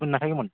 আপুনি নাথাকিবনি